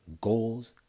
goals